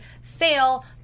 fail